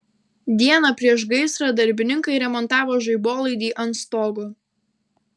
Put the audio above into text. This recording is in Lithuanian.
dieną prieš gaisrą darbininkai remontavo žaibolaidį ant stogo